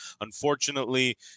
unfortunately